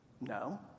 No